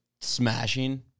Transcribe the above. smashing